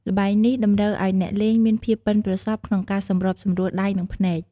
ល្បែងនេះតម្រូវឲ្យអ្នកលេងមានភាពប៉ិនប្រសប់ក្នុងការសម្របសម្រួលដៃ និងភ្នែក។